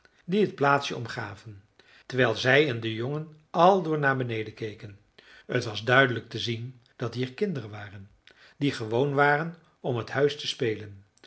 die het plaatsje omgaven terwijl zij en de jongen aldoor naar beneden keken t was duidelijk te zien dat hier kinderen waren die gewoon waren om het huis te spelen